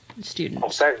students